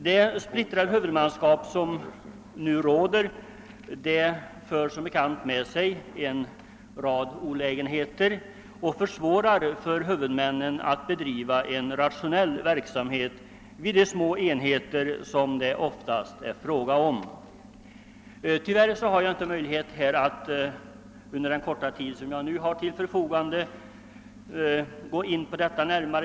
Det splittrade huvudmannaskap som nu tillämpas för med sig en rad olägenheter och försvårar för huvudmännen att bedriva en rationell verksamhet vid de små enheter som det oftast är fråga om. Tyvärr har jag inte möjlighet att under den korta tid som nu står till mitt förfogande gå närmare in på detta.